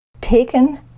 taken